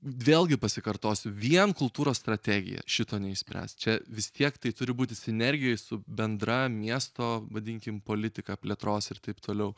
vėlgi pasikartosiu vien kultūros strategija šito neišspręs čia vis tiek tai turi būti sinergijoj su bendra miesto vadinkim politika plėtros ir taip toliau